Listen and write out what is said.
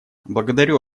благодарю